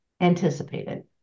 anticipated